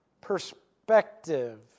perspective